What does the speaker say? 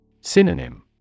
Synonym